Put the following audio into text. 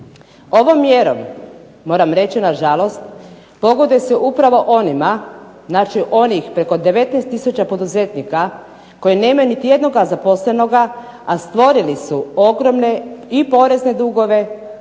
Ovom mjerom moram reći na žalost pogoduje se upravo onima, znači onih preko 19000 poduzetnika koji nemaju niti jednoga zaposlenoga, a stvorili su ogromne i porezne dugove